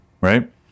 right